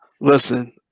Listen